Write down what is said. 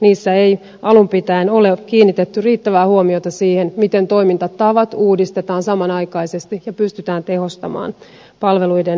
niissä ei alun pitäen ole kiinnitetty riittävää huomiota siihen miten toimintatavat uudistetaan samanaikaisesti ja pystytään tehostamaan palveluiden järjestämistä